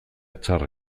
txarra